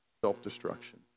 self-destruction